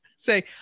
Say